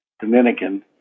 Dominican